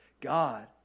God